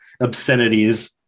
obscenities